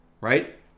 right